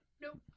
nope